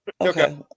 Okay